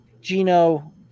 Gino